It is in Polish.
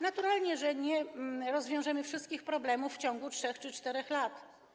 Naturalnie nie rozwiążemy wszystkich problemów w ciągu 3 czy 4 lat.